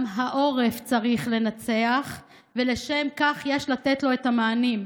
גם העורף צריך לנצח, ולשם כך יש לתת לו את המענים.